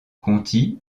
conti